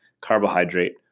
carbohydrate